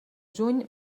juny